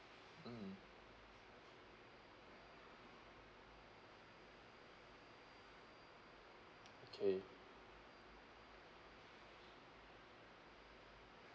mm okay